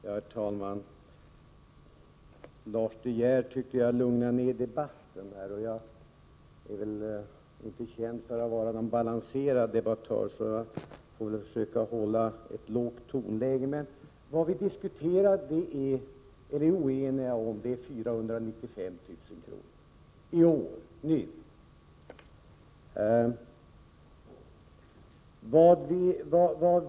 Herr talman! Lars De Geer tycker att jag lugnar ner debatten. Eftersom jag väl inte är känd för att vara någon särskilt balanserad debattör får jag väl försöka att hålla ett lågt tonläge. Vad vi är oeniga om är 495 000 kr. i år.